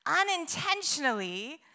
Unintentionally